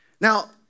Now